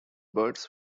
birds